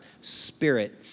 spirit